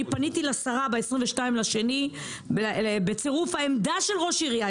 פניתי לשרה ב-22 בפברואר בצירוף העמדה של ראש העירייה,